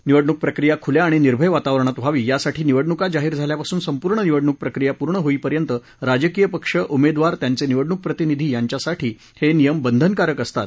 निवडणूक प्रक्रिया खुल्या आणि निर्भय वातावरणात व्हावी यासाठी निवडणुका जाहीर झाल्यापासून संपूर्ण निवडणूक प्रक्रिया पूर्ण होईपर्यंत राजकीय पक्ष उमेदवार त्यांचे निवडणूक प्रतिनिधी यांच्यासाठी हे नियम बंधनकारक असतात